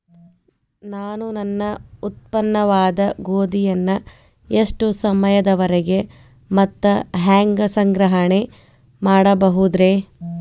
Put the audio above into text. ನಾನು ನನ್ನ ಉತ್ಪನ್ನವಾದ ಗೋಧಿಯನ್ನ ಎಷ್ಟು ಸಮಯದವರೆಗೆ ಮತ್ತ ಹ್ಯಾಂಗ ಸಂಗ್ರಹಣೆ ಮಾಡಬಹುದುರೇ?